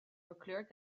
verkleurt